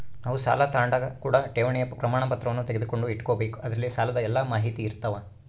ನಾವು ಸಾಲ ತಾಂಡಾಗ ಕೂಡ ಠೇವಣಿಯ ಪ್ರಮಾಣಪತ್ರವನ್ನ ತೆಗೆದುಕೊಂಡು ಇಟ್ಟುಕೊಬೆಕು ಅದರಲ್ಲಿ ಸಾಲದ ಎಲ್ಲ ಮಾಹಿತಿಯಿರ್ತವ